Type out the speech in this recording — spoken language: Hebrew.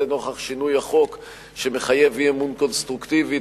וזה נוכח שינוי החוק שמחייב אי-אמון קונסטרוקטיבי,